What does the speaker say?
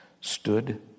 stood